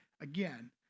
again